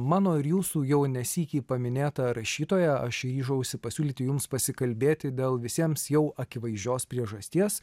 mano ir jūsų jau ne sykį paminėtą rašytoją aš ryžausi pasiūlyti jums pasikalbėti dėl visiems jau akivaizdžios priežasties